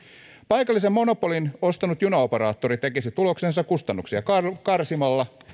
paikallisen monopolin ostanut junaoperaattori tekisi tuloksensa kustannuksia karsimalla